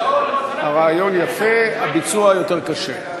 על הרעיון, הרעיון יפה, הביצוע יותר קשה.